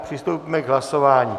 Přistoupíme k hlasování.